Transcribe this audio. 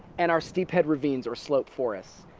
and our steephead ravines or slope forests.